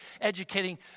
educating